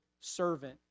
servant